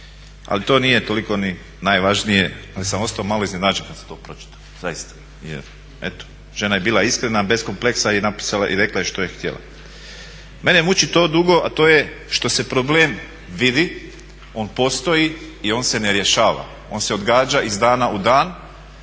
Ali to nije toliko ni najvažnije, ali sam ostao malo iznenađen kad sam to pročitao zaista jer eto žena je bila iskrena, bez kompleksa i rekla je što je htjela. Mene muči drugo, a to je što se problem vidi, on postoji i on se ne rješava, on se odgađa iz dana u dan.